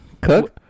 Cook